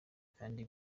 kandi